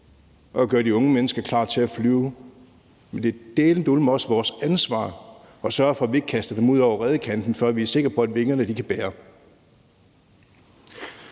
at gøre de unge mennesker klar til at flyve, men det er dæleme dulme også vores ansvar at sørge for, at vi ikke kaster dem ud over redekanten, før vi er sikre på, at vingerne kan bære.